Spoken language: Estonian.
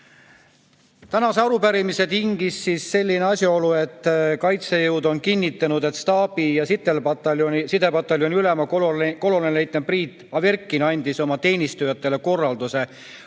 Tänase arupärimise tingis asjaolu, et kaitsejõud on kinnitanud, et staabi- ja sidepataljoni ülem kolonelleitnant Priit Averkin andis oma teenistujatele korralduse võimaluse